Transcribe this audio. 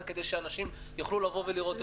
כדי שאנשים יוכלו לבוא ולראות תוכניות.